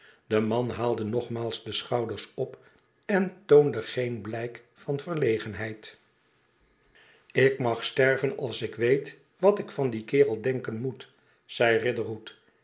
de man haalde nogmaals de schouders op en toonde geen blijk van verlegenheid ik mag sterven als ik weet wat ik van dien kerel denkeu moet zei riderhood